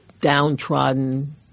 downtrodden